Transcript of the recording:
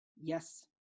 yes